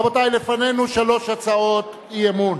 רבותי, לפנינו שלוש הצעות אי-אמון